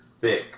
thick